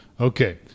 Okay